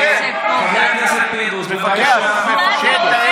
חבר הכנסת פינדרוס, בבקשה לשבת.